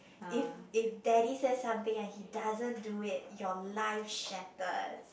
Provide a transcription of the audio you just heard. if if daddy says something and he doesn't do it your life shattered